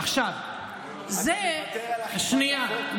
עכשיו, זה, שנייה.